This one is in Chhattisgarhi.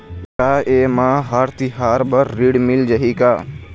का ये मा हर तिहार बर ऋण मिल जाही का?